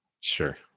Sure